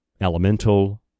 elemental